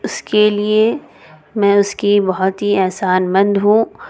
اس کے لیے میں اس کی بہت ہی احسان مند ہوں